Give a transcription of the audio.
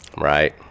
Right